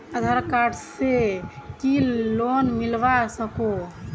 आधार card से की loan मिलवा सकोहो?